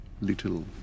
little